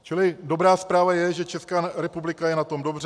Čili dobrá zpráva je, že Česká republika je na tom dobře.